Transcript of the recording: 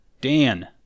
Dan